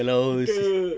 kalau